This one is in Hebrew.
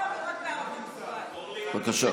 בבקשה.